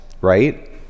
right